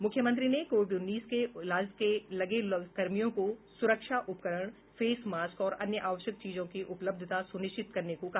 मुख्यमंत्री ने कोविड उन्नीस के इलाज में लगे चिकित्सा कर्मियों को सुरक्षा उपकरण फेस मास्क और अन्य आवश्यक चीजों की उपलब्धता सुनिश्चित करने को कहा